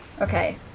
Okay